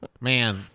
man